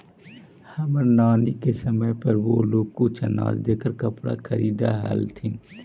हमर नानी के समय पर वो लोग कुछ अनाज देकर कपड़ा खरीदअ हलथिन